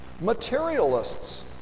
Materialists